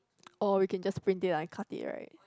or we can just print it out and cut it right